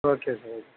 okay sir okay